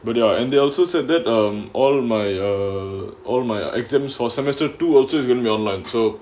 but there are and they also said that um all my are all my exams for semester two also is going to be online so